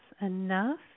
enough